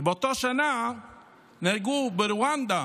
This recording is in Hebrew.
שבאותה שנה נהרגו ברואנדה